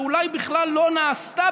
שאולי בכלל לא נעשתה,